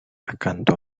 accanto